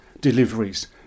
deliveries